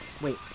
wait